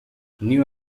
new